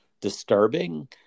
disturbing